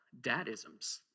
dadisms